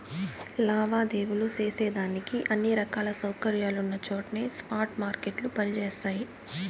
లావాదేవీలు సేసేదానికి అన్ని రకాల సౌకర్యాలున్నచోట్నే స్పాట్ మార్కెట్లు పని జేస్తయి